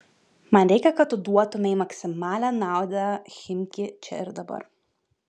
man reikia kad tu duotumei maksimalią naudą chimki čia ir dabar